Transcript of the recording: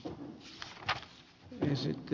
puvut esitti